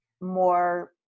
more